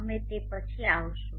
અમે તે પછી આવીશું